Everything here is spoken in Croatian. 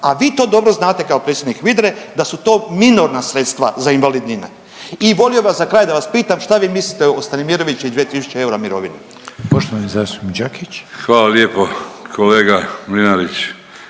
A vi to dobro znate kao predsjednik HVIDRA-e da su to minorna sredstva za invalidnine. I volio bih za kraj da vas pitam šta vi mislite o Stanimiroviću i 2000 eura mirovine? **Reiner, Željko (HDZ)** Poštovani